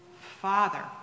Father